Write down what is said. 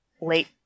late